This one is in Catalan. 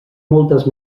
moltes